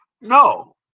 no